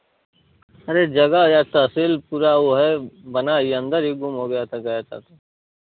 अरे जगह यह तहसील पुरा वो है बना यंदर ही गुम हो गया था गए